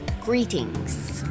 Greetings